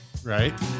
Right